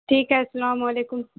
ٹھیک ہے السلام علیکم